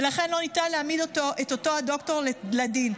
ולכן לא ניתן להעמיד את אותו דוקטור לדין.